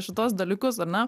šituos dalykus ar ne